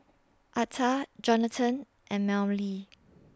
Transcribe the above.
Altha Johnathan and Mellie